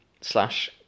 slash